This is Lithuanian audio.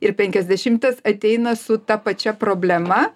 ir penkiasdešimtas ateina su ta pačia problema